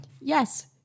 Yes